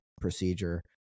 procedure